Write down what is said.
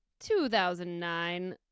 2009